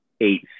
eight